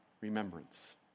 remembrance